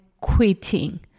quitting